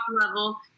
level